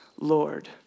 Lord